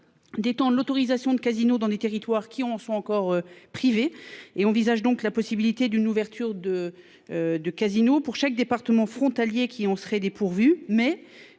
D'éteindre l'autorisation de casinos dans les territoires qui en sont encore privés et envisage donc la possibilité d'une ouverture de. De casino pour chaque département frontalier, qui en seraient dépourvus, mais